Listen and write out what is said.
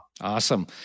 Awesome